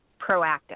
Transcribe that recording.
proactive